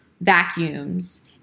vacuums